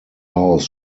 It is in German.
haus